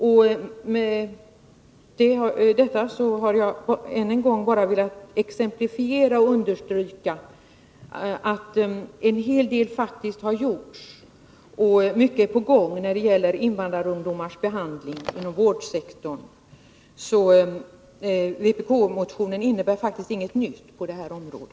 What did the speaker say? Med detta har jag bara än en gång velat exemplifiera och understryka att en hel del faktiskt har gjorts och att mycket är på gång när det gäller invandrarungdomars behandling inom vårdsektorn. Vpk-motionen innebär alltså inget nytt på detta område.